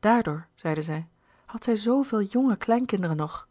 daardoor zeide zij had zij zooveel jnge kleinkinderen nog